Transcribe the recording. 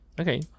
Okay